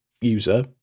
user